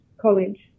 college